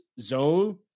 zone